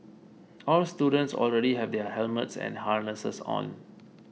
all students already have their helmets and harnesses on